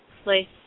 Place